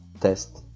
test